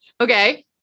Okay